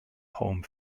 home